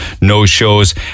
no-shows